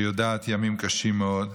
שיודעת ימים קשים מאוד,